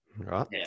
right